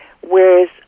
whereas